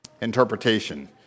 interpretation